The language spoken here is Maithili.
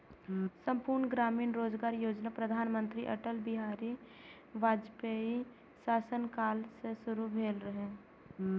संपूर्ण ग्रामीण रोजगार योजना प्रधानमंत्री अटल बिहारी वाजपेयीक शासन काल मे शुरू भेल रहै